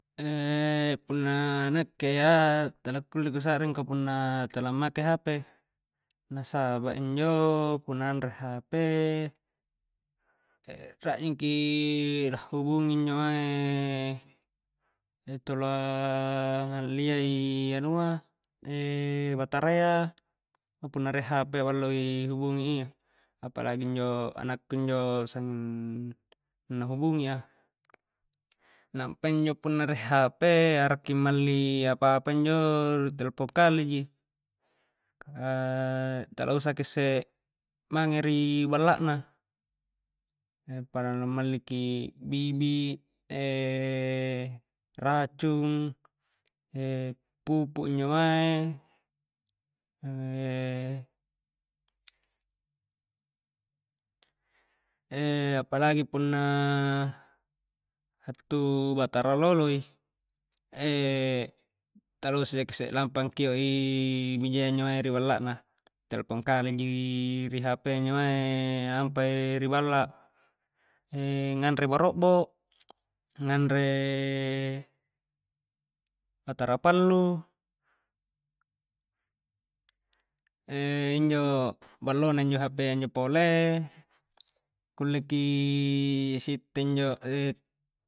punna nakke iya, tala kulle kusa'ring ka punna tala make hp, na saba' injo punna anre hp ra'jingki la'hubungi injo mae tu la halliai anua batara iya ka punna rie hp ballo i rihubungi i, apalagi injo anakku injo sennging na hubungi a, nampa injo punna riehp arakki malli apa-apa injo ri telpon kale ji ka tala usaki isse mange ri balla na appada na malli ki bibi' racung, pupu' injo mae apalagi punna hattu batara loloi tala usaki isse lampa angkeo i bija iya injo mae ri balla na telpong kale ji ri hp a injo mae ri balla ngabre barobbo, nganre batara pallu, injo ballo na pole hp a injo pole kulleki sitte injo